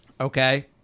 Okay